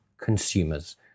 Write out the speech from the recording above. consumers